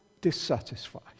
dissatisfied